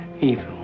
evil